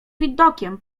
widokiem